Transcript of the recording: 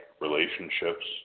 relationships